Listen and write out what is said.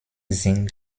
sind